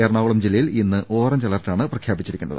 എറ ണാകുളം ജില്ലയിൽ ഇന്ന് ഓറഞ്ച് അലെർട്ടാണ് പ്രഖ്യാ പിച്ചിരിക്കുന്നത്